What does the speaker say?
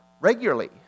regularly